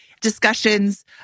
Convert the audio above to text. discussions